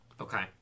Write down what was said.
Okay